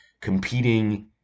competing